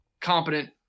competent